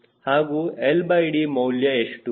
ಹಾಗೂ LD ಮೌಲ್ಯ ಎಷ್ಟು